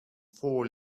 four